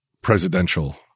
presidential